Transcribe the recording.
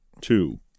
Two